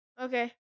Okay